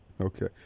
Okay